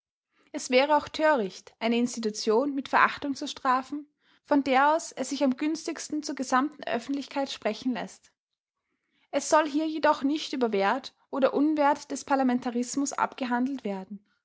es wäre auch töricht eine institution mit verachtung zu strafen von der aus es sich am günstigsten zur gesamten öffentlichkeit sprechen läßt es soll hier jedoch nicht über wert oder unwert des parlamentarismus abgehandelt werden